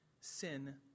sin